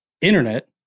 internet